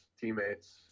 teammates